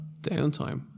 Downtime